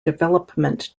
development